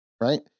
right